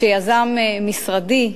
שיזם משרדי,